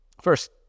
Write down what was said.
First